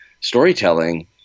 storytelling